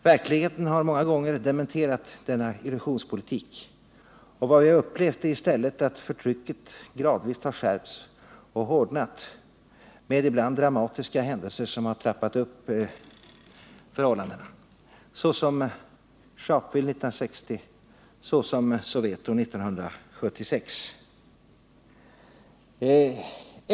Verkligheten har många gånger dementerat denna illusionspolitik, och vad vi upplevt är i stället att förtrycket gradvis har skärpts och hårdnat med ibland dramatiska händelser som har trappat upp motsättningarna, såsom Sharpeville 1960, såsom Soweto 1976.